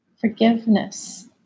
forgiveness